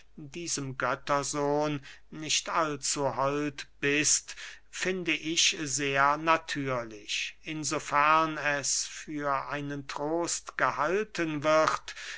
diesem göttersohn nicht allzu hold bist finde ich sehr natürlich in so fern es für einen trost gehalten wird